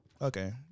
Okay